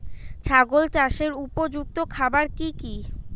ছাগল চাষের উপযুক্ত খাবার কি কি?